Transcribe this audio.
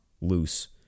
loose